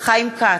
חיים כץ,